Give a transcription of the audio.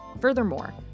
Furthermore